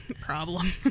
problem